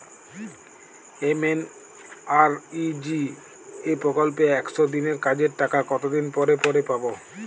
MNREGA প্রকল্পে একশ দিনের কাজের টাকা কতদিন পরে পরে পাব?